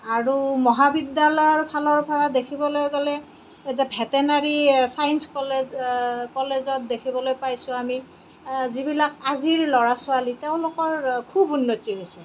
আৰু মহাবিদ্য়ালয়ৰ ফালৰ পৰা দেখিবলৈ গ'লে এই যে ভেটেৰিনেৰী ছায়েন্স কলেজ কলেজত দেখিবলৈ পাইছোঁ আমি যিবিলাক আজিৰ ল'ৰা ছোৱালী তেওঁলোকৰ খুব উন্নতি হৈছে